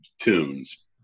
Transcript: tunes